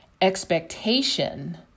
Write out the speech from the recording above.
expectation